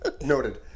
Noted